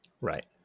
Right